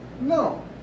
No